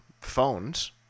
phones